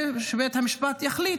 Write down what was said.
ושבית המשפט יחליט,